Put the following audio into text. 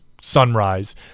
sunrise